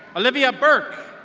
olivia berk!